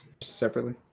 Separately